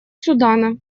судана